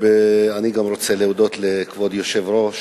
אני רוצה להודות גם לכבוד היושב-ראש,